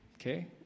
okay